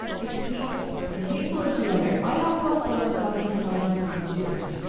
it's hateful as hateful as the other. if i don't go home i've got to decide on something different.